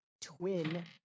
twin